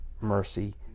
mercy